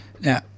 Now